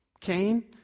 Cain